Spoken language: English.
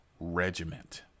regiment